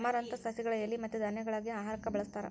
amaranthus ಸಸಿಗಳ ಎಲಿ ಮತ್ತ ಧಾನ್ಯಗಳಾಗಿ ಆಹಾರಕ್ಕಾಗಿ ಬಳಸ್ತಾರ